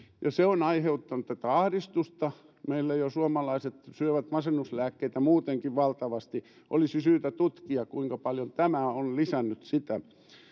ja se on aiheuttanut tätä ahdistusta meillä jo suomalaiset syövät masennuslääkkeitä muutenkin valtavasti olisi syytä tutkia kuinka paljon tämä on lisännyt sitä